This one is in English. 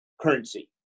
currency